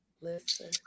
listen